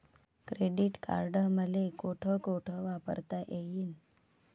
Credit card मले कोठ कोठ वापरता येईन?